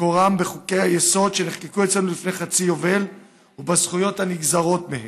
מקורם בחוקי-היסוד שנחקקו אצלנו לפני חצי יובל ובזכויות הנגזרות מהם.